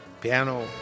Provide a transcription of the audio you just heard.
piano